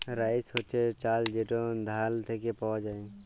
rice হছে চাল যেট ধাল থ্যাইকে পাউয়া যায়